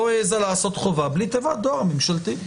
לא העזה לעשות חובה בלי תיבת דואר ממשלתית.